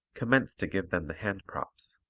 commence to give them the hand-props.